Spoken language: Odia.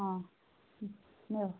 ହଁ ନିଅ